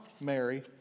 Mary